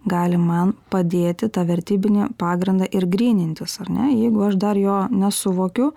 gali man padėti tą vertybinį pagrindą ir grynintis ar ne jeigu aš dar jo nesuvokiu